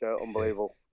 unbelievable